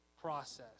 process